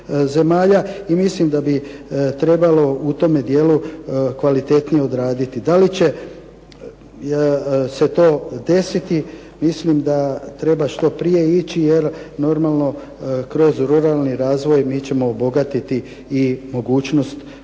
I mislim da bi trebalo u tome dijelu kvalitetnije odraditi. Da li će se to desiti, mislim da treba što prije ići, jer normalno kroz ruralni razvoj mi ćemo obogatiti i mogućnost